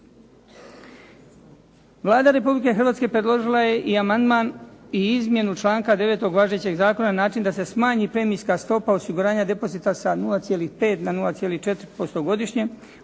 Vlada Republike Hrvatske predložila je i amandman i izmjenu članka 9. važećeg zakona na način da se smanji premijska stopa osiguranja depozita sa 0,5 na 0,4% godišnje